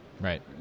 Right